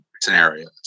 scenarios